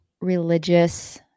religious